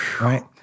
Right